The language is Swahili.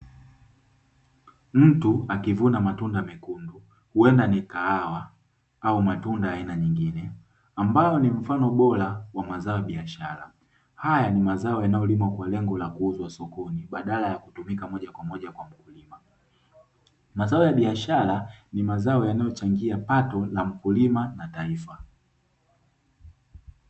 Mtu akivuna matunda mekundu huenda ni kahawa au matunda ya aina nyingine ambayo ni mfano bora wa mazao ya biashara. Haya ni mazao yanayolimwa kwa lengo la kuuzwa sokoni badala ya kutumika moja kwa moja kwa mkulima, mazao ya biashara ni mazao yanayochangia pato la mkulima na taifa.